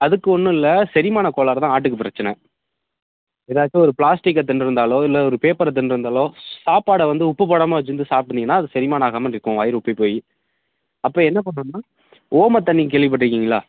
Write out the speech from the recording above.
அதுக்கு ஒன்னுமில்ல செரிமான கோளாறு தான் ஆட்டுக்கு பிரச்சனை ஏதாச்சும் ஒரு ப்ளாஸ்டிக்கை தின்னிருந்தாலோ இல்லை ஒரு பேப்பரை தின்னிருந்தாலோ சாப்பாடை வந்து உப்பு போடாமல் வச்சிருந்து சாப்பினிங்கன்னால் அது செரிமானம் ஆகாமல் நிற்கும் வயிறு உப்பி போய் அப்போ என்ன பண்ணும்னா ஓம தண்ணி கேள்விப்பட்டிருக்கீங்களா